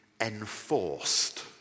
enforced